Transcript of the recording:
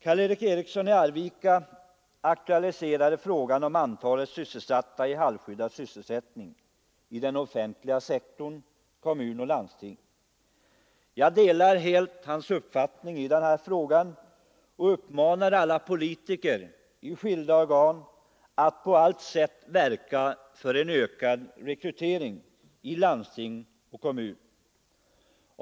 Karl Erik Eriksson i Arvika aktualiserade frågan om antalet sysselsatta i halvskyddad sysselsättning inom den offentliga sektorn, kommun och landsting. Jag delar helt hans uppfattning i denna fråga och uppmanar alla politiker i skilda organ att på allt sätt verka för en ökad rekrytering i landsting och kommuner i detta avseende.